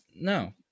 no